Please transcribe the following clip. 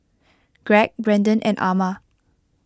Greg Brendon and Ama